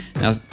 Now